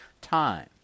time